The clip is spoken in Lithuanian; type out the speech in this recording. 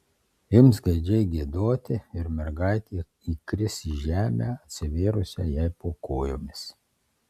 ims gaidžiai giedoti ir mergaitė įkris į žemę atsivėrusią jai po kojomis